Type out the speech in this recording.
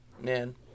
Man